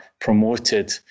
promoted